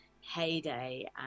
heyday